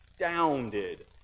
astounded